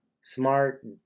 smart